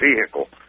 vehicle